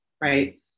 Right